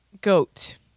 Goat